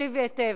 תקשיבי היטב.